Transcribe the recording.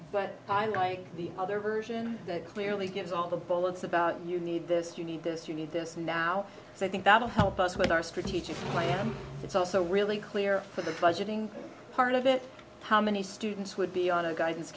but i like the other version that clearly gives all the bullets about you need this you need this you need this now so i think that'll help us with our strategic plan it's also really clear for the budgeting part of it how many students would be on a guidance